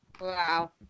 Wow